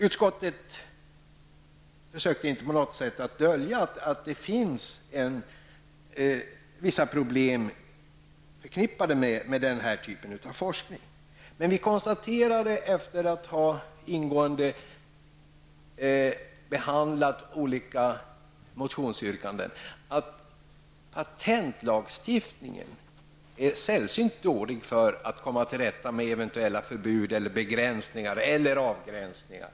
Utskottet försökte inte på något sätt att dölja att det finns vissa problem förknippade med denna typ av forskning. Men efter att ingående ha behandlat olika motionsyrkanden konstaterade vi att patentlagstiftningen är sällsynt dålig för att komma till rätta med eventuella förbud, begränsningar eller avgränsningar.